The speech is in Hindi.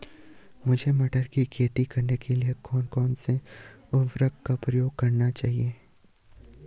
मुझे मटर की खेती करने के लिए कौन कौन से उर्वरक का प्रयोग करने चाहिए?